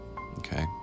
Okay